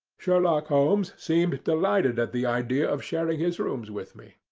sherlock holmes seemed delighted at the idea of sharing his rooms with me.